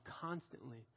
constantly